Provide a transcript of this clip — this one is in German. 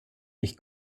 ich